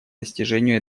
достижению